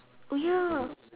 oh ya